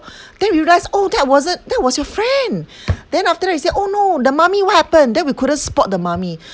then we realise oh that wasn't that was your friend then after we say oh no the mummy what happen then we couldn't spot the mummy